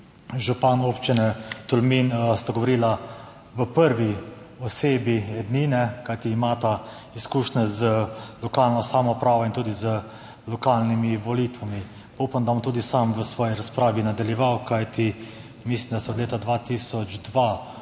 župan občine Tolmin sta govorila v prvi osebi ednine, kajti imata izkušnje z lokalno samoupravo in tudi z lokalnimi volitvami. Upam, da bom tudi sam v svoji razpravi nadaljeval, kajti mislim, da se od leta 2002